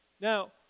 Now